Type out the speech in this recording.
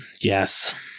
Yes